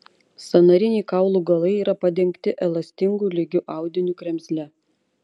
sąnariniai kaulų galai yra padengti elastingu lygiu audiniu kremzle